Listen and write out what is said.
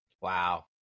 Wow